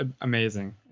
amazing